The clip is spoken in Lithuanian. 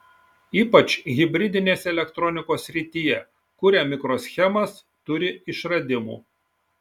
ypač hibridinės elektronikos srityje kuria mikroschemas turi išradimų